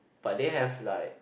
but they have like